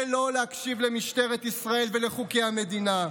שלא להקשיב למשטרת ישראל ולחוקי המדינה,